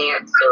answer